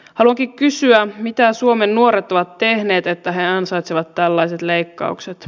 haluankin kysyä mitä suomen nuoret ovat tehneet että he ansaitsevat tällaiset leikkaukset